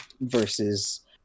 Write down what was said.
versus